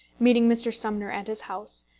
meeting mr. sumner at his house,